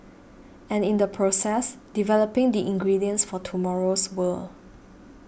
and in the process developing the ingredients for tomorrow's world